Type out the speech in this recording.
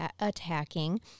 attacking